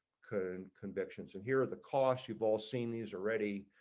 couldn't convictions in here the costs you've all seen these are ready.